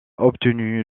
obtenu